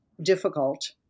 difficult